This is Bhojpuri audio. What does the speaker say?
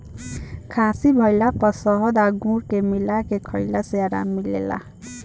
खासी भइला पर शहद आ गुड़ के मिला के खईला से आराम मिलेला